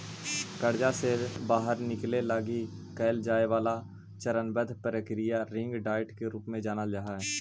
कर्जा से बाहर निकले लगी कैल जाए वाला चरणबद्ध प्रक्रिया रिंग डाइट के रूप में जानल जा हई